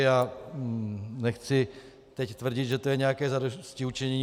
A nechci teď tvrdit, že to je nějaké zadostiučinění.